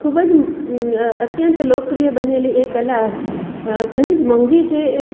ખૂબ જ અત્યંત લોકપ્રિય બનેલી એ કલા ઘણી જ મોંઘી છે